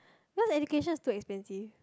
cause education is too expensive